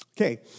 Okay